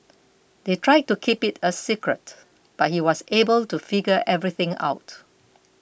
they tried to keep it a secret but he was able to figure everything out